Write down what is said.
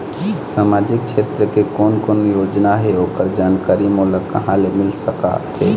सामाजिक क्षेत्र के कोन कोन योजना हे ओकर जानकारी मोला कहा ले मिल सका थे?